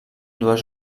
dues